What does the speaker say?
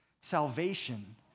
Salvation